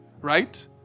right